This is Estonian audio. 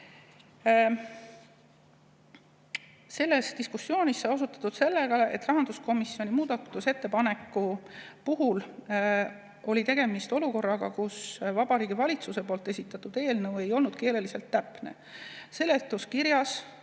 Selles diskussioonis sai osutatud sellele, et rahanduskomisjoni muudatusettepaneku puhul oli tegemist olukorraga, kus Vabariigi Valitsuse esitatud eelnõu ei olnud keeleliselt täpne. Seletuskirjas